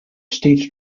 stage